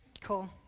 Cool